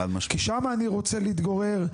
כי שם אני רוצה להתגורר,